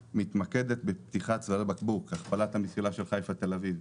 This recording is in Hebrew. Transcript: מתמקדת בפתיחת צווארי בקבוק: הכפלת המסילה של חיפה תל אביב,